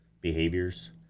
behaviors